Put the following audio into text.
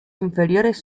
inferiores